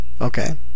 Okay